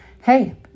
hey